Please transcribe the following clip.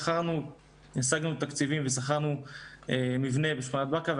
השגנו תקציבים ושכרנו מבנה בשכונת בקעה.